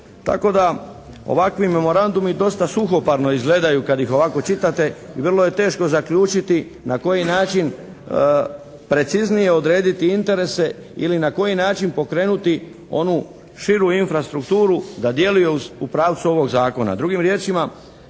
Tako da ovakvi memorandumi dosta suhoparno izgledaju kad ih ovako čitate i vrlo je teško zaključiti na koji način preciznije odrediti interese ili na koji način pokrenuti onu širu infrastrukturu da djeluje u pravcu ovog zakona.